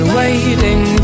waiting